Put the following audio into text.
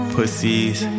Pussies